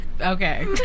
Okay